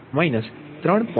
5 3